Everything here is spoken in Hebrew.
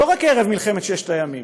ולא רק ערב מלחמת ששת הימים,